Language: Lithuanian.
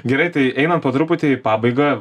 greitai tai einam po truputį į pabaigą